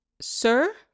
Sir